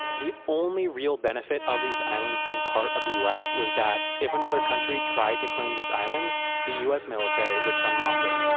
the only real benefit of these islands being part of the us was that, if another country tried to claim these islands, the us military would come knocking.